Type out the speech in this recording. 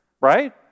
right